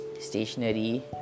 stationery